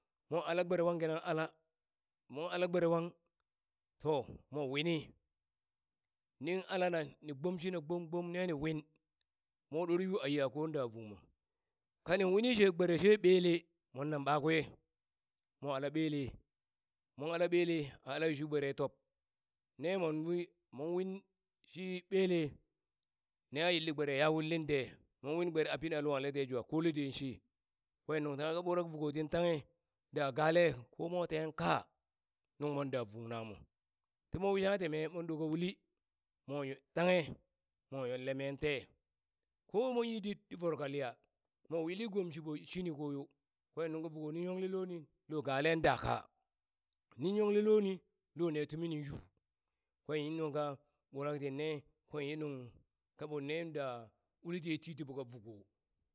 Mo ala gbere wang kinan ala, mon ala gbere wang, to mo wini nin alana ni gbom shina gbom gbom nani win mwa ɗor yu a ɗeyeha kon da vung mo, kaning wini she gbere she ɓele monnan ɓakwe mwa ala ɓele mon ala ɓele a ala yu shi gbere top ne mon win mon win shi ɓele neha yilli gbere ya willin de mon win gbere pina lunghale jwa kole den she, kwen nungtanghe ka burak vuko tin tanghe da gale mo ten kaa nuŋmo da vuŋ namo timon wi shangha ti mee mon ɗot ka uli mo yo tanghe mo yolle meen te ko mon yi dit ti voro kaliya mo uli gom shiɓo shini koyo kwen nuŋka vuko nin yongle lonu lo galen da kaa nin yongle loni lo ne tumini yuu kwen nuŋka ɓurak tin ne kwenye nuŋka ɓon ne da uli tiye titiɓo ka vuko